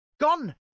gone